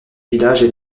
village